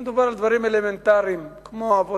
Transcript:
אני מדבר על דברים אלמנטריים כמו עבודה,